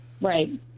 Right